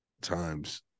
times